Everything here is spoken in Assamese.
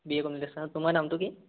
বি এ কমপ্লিট আছে ন তোমাৰ নামটো কি